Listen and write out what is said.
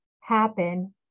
happen